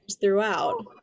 throughout